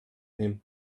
him